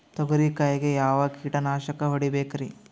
ತೊಗರಿ ಕಾಯಿಗೆ ಯಾವ ಕೀಟನಾಶಕ ಹೊಡಿಬೇಕರಿ?